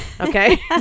okay